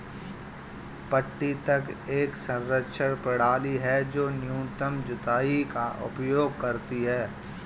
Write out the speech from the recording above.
पट्टी तक एक संरक्षण प्रणाली है जो न्यूनतम जुताई का उपयोग करती है